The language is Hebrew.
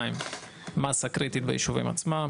2. מסה קריטית בישובים עצמם.